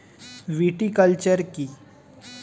Viticulture কী?